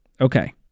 Okay